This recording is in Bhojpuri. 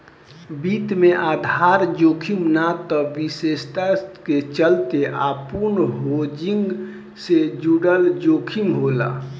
वित्त में आधार जोखिम ना त विशेषता के चलते अपूर्ण हेजिंग से जुड़ल जोखिम होला